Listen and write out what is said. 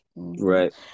Right